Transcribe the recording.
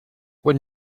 when